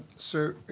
so,